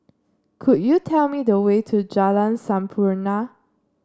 could you tell me the way to Jalan Sampurna